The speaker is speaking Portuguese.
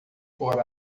por